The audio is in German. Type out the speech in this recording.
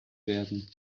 werden